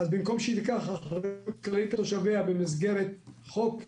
במקום שהיא תיקח אחריות כללית על תושביה במסגרת חוק מדינה,